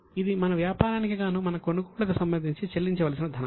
ఇది మన వ్యాపారానికి గానూ మన కొనుగోళ్లకు సంబంధించి చెల్లించవలసిన ధనం